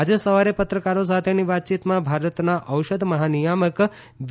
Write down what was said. આજે સવારે પત્રકારો સાથેની વાતચીતમાં ભારતના ઔષધ મહાનિયામક વી